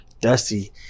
Dusty